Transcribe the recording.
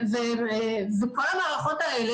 וכל המערכות האלה,